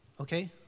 Okay